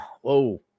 Whoa